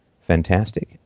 fantastic